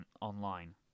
online